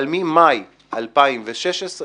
אבל ממאי 2016,